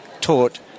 taught